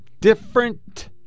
Different